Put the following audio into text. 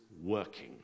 working